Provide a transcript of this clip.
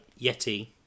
Yeti